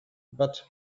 but